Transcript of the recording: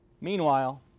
meanwhile